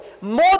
more